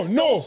no